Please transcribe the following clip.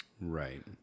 Right